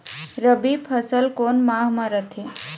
रबी फसल कोन माह म रथे?